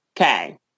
okay